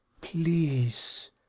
Please